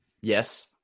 Yes